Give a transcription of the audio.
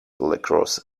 lacrosse